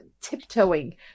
tiptoeing